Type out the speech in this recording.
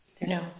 No